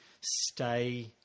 stay